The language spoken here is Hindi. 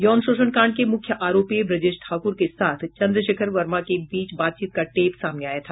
यौन शोषण कांड के मुख्य आरोपी ब्रजेश ठाकूर के साथ चन्द्रशेखर वर्मा के बीच बातचीत का टेप सामने आया था